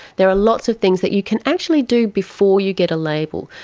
there are lots of things that you can actually do before you get a label.